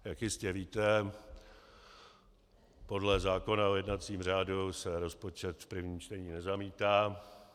Jak jistě víte, podle zákona o jednacím řádu se rozpočet v prvním čtení nezamítá.